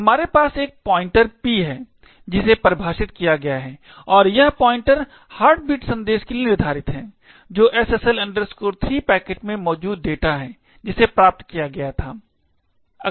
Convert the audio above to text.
तो हमारे पास एक पॉइंटर p है जिसे परिभाषित किया गया है और यह पॉइंटर हार्टबीट संदेश के लिए निर्धारित है जो SSL 3 पैकेट में मौजूद डेटा है जिसे प्राप्त किया गया था